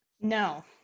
No